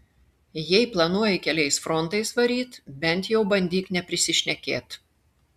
jei planuoji keliais frontais varyt bent jau bandyk neprisišnekėt